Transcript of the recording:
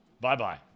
Bye-bye